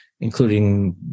including